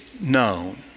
known